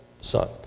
son